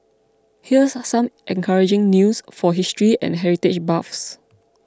here's some encouraging news for history and heritage buffs